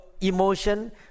emotion